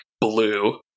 blue